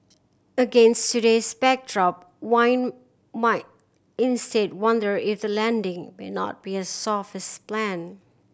against today's backdrop one might instead wonder if the landing may not be as soft as planned